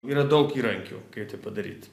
yra daug įrankių kaip tai padaryt